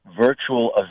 virtual